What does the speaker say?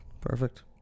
Perfect